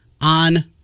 on